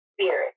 spirit